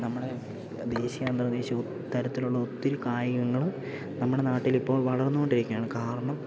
നമ്മുടെ ദേശീയ അന്തർ ദേശീയ തരത്തിലുള്ള ഒത്തിരി കായികങ്ങള് നമ്മുടെ നാട്ടിലിപ്പോൾ വളർന്നു കൊണ്ടേ ഇരിക്കുകയാണ് കാരണം